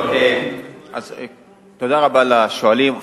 תודה רבה לשואלים.